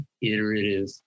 iterative